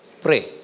pray